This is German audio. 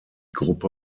gruppe